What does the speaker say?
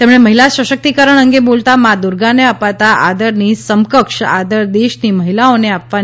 તેમણે મહિલા સશક્તિકરણ અંગે બોલતા મા દુર્ગાને અપાતા આદરની સમકક્ષ આદર દેશની મહિલાઓને આપવાની અપીલ કરી હતી